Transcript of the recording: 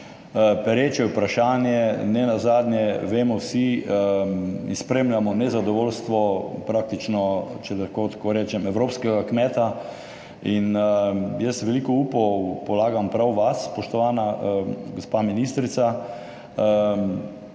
pereče vprašanje. Nenazadnje to vemo vsi, ki spremljamo nezadovoljstvo praktično, če lahko tako rečem, evropskega kmeta. Jaz veliko upov polagam prav v vas, spoštovana gospa ministrica.